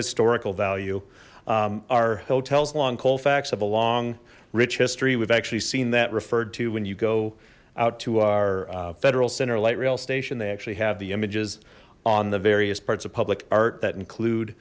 historical value our hotels along colfax have a long rich history we've actually seen that referred to when you go out to our federal center light rail station they actually have the images on the various parts of public art that include